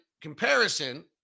comparison